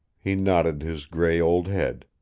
he nodded his gray old head,